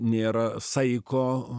nėra saiko